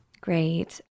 Great